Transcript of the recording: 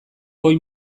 goi